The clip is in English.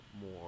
more